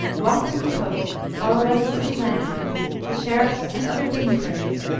walked with his host, followed by the city lands committee, the sheriffs, and other dignitaries,